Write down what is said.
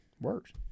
Works